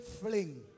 fling